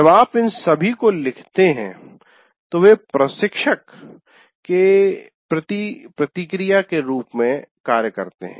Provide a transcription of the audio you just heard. जब आप इन सभी को लिखते हैं तो वे प्रशिक्षक के प्रति प्रतिक्रिया के रूप में भी कार्य करते हैं